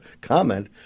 comment